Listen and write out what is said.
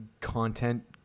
content